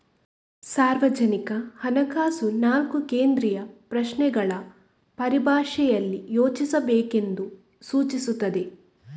ಸಾರ್ವಜನಿಕ ಹಣಕಾಸು ನಾಲ್ಕು ಕೇಂದ್ರೀಯ ಪ್ರಶ್ನೆಗಳ ಪರಿಭಾಷೆಯಲ್ಲಿ ಯೋಚಿಸಬೇಕೆಂದು ಸೂಚಿಸುತ್ತದೆ